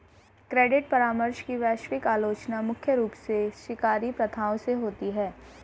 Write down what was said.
credit परामर्श की वैश्विक आलोचना मुख्य रूप से शिकारी प्रथाओं से होती है